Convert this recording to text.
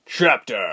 CHAPTER